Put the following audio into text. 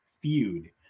feud